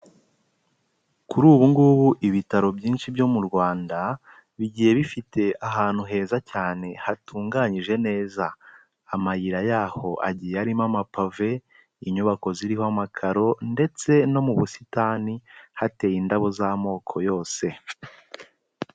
Kuri ubu ngubu ibitaro byinshi byo mu Rwanda bigiye bifite ahantu heza cyane hatunganyije neza, amayira yaho agiye arimo amapave, inyubako ziriho amakaro ndetse no mu busitani hateye indabo z'amoko yose.